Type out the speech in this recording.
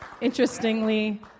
interestingly